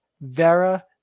Vera